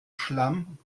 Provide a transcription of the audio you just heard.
schlamm